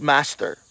Master